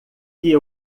que